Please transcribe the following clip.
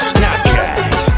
Snapchat